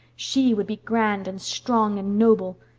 she would be grand and strong and noble.